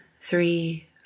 three